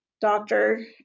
doctor